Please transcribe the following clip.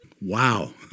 Wow